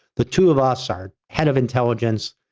the two of us are head of intelligence.